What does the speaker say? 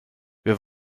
wir